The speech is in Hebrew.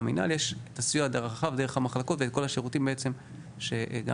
הסיוע רחב דרך המחלקות וכל השירותים בעצם שגם